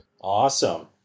Awesome